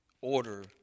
order